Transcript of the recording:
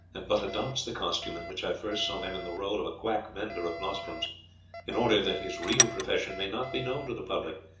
and but adopts the costume in which i first saw him and the role of a quack vendor of nostrums in order that his real profession may not be known to the public,